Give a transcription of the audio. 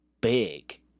big